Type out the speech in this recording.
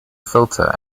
filter